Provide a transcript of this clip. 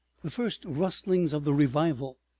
the first rustlings of the revival.